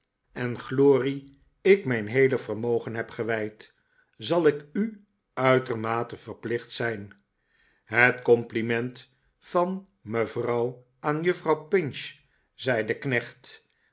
bevordering en'glorie ik hiijn heele r vermogen heb gewijd zal ik u uitermate verplicht zijn het compliment van rrievrouw aan juffrouw pinch zei de knecht